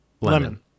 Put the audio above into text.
Lemon